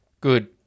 Good